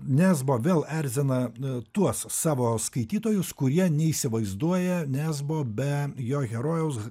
nesbo vėl erzina tuos savo skaitytojus kurie neįsivaizduoja nesbo be jo herojaus